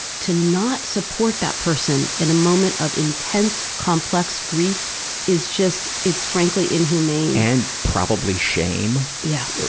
to not support that person in a moment of intense, complex grief is just, it's frankly inhumane. and probably shame. yeah but